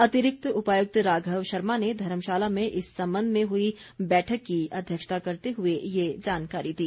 अतिरिक्त उपायुक्त राघव शर्मा ने धर्मशाला में इस संबंध में हुई बैठक की अध्यक्षता करते हुए ये जानकारी दी